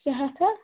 شےٚ ہتھ ہہ